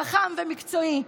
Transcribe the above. חכם ומקצועי,